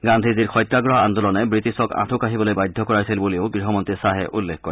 গান্ধীজীৰ সত্যাগ্ৰহ আন্দোলনে ৱিটিছক অঁঠু কাঢ়িবলৈ বাধ্য কৰাইছিল বুলিও গৃহমন্তী খাহে উল্লেখ কৰে